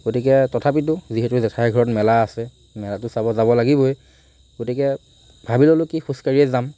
গতিকে তথাপিতো যিহেতু জেঠাইৰ ঘৰত মেলা আছে মেলাতো চাব যাব লাগিবই গতিকে ভাবি ল'লো কি খোজকাঢ়িয়েই যাম